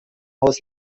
haus